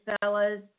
fellas